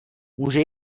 může